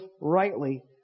rightly